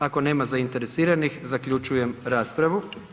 Ako nema zainteresiranih zaključujem raspravu.